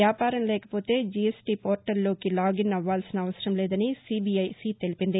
వ్యాపారం లేకపోతే GST పోర్ణల్లోకి login అవ్వాల్సిన అవసరం లేదని సీబీఐసీ తెలిపింది